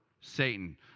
Satan